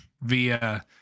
via